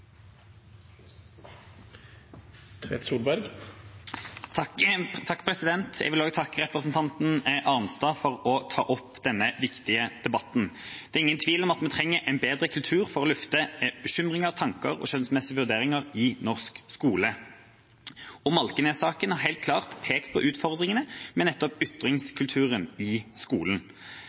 Arnstad for å ta opp denne viktige debatten. Det er ingen tvil om at vi trenger en bedre kultur for å løfte bekymringer, tanker og skjønnsmessige vurderinger i norsk skole, og Malkenes-saken har helt klart pekt på utfordringene med nettopp ytringskulturen i skolen.